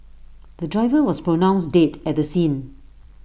the driver was pronounced dead at the scene